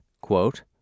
quote